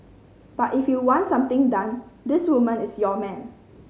but if you want something done this woman is your man